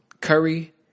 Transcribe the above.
Curry